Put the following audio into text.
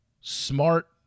smart